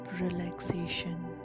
relaxation